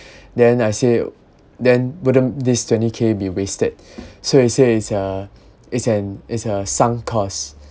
then I say then wouldn't this twenty K be wasted so he says it's is a it's is an sunk cost